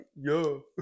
Yo